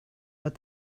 but